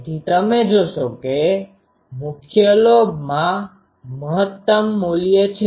તેથી તમે જોશો કે મુખ્ય લોબમાં મહત્તમ મૂલ્ય છે